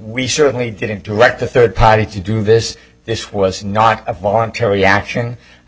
we certainly didn't direct the third party to do this this was not a voluntary action i